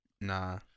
Nah